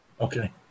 Okay